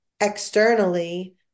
externally